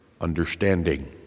understanding